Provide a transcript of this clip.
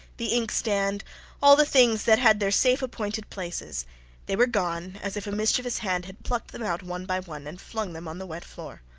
the inkstand all the things that had their safe appointed places they were gone, as if a mischievous hand had plucked them out one by one and flung them on the wet floor.